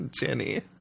Jenny